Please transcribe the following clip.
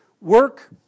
work